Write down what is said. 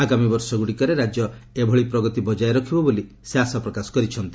ଆଗାମୀ ବର୍ଷଗୁଡ଼ିକରେ ରାଜ୍ୟ ଏଭଳି ପ୍ରଗତି ବଜାୟ ରଖିବେ ବୋଲି ସେ ଆଶା ପ୍ରକାଶ କରିଛନ୍ତି